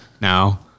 Now